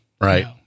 Right